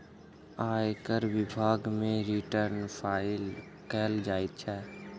आयकर विभाग मे रिटर्न फाइल कयल जाइत छै